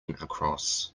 across